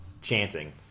chanting